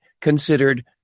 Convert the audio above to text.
considered